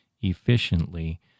efficiently